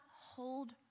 hold